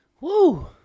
Woo